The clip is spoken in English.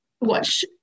watch